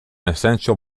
essential